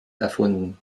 erfunden